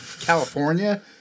California